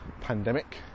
pandemic